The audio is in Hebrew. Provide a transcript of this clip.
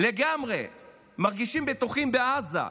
לגמרי בטוחים בעזה,